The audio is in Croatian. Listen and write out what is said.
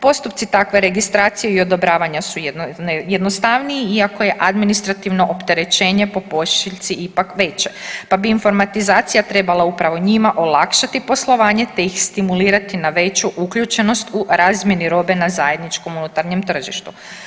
Postupci takve registracije i odobravanja su jednostavniji iako je administrativno opterećenje po pošiljci ipak veće, pa bi informatizacija trebala upravo njima olakšati poslovanje, te ih stimulirati na veću uključenost u razmjeni robe na zajedničkom unutarnjem tržištu.